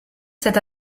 cette